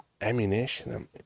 ammunition